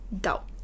doubt